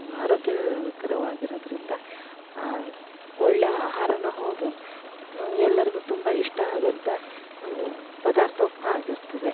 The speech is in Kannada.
ಆರೋಗ್ಯಕರವಾಗಿರೋದರಿಂದ ಒಳ್ಳೆಯ ಆಹಾರನೂ ಹೌದು ಎಲ್ಲರಿಗೂ ತುಂಬ ಇಷ್ಟ ಆಗೋವಂಥ ಪದಾರ್ಥವು ಆಗಿರ್ತದೆ